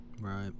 Right